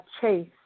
chase